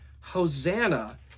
Hosanna